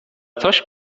coś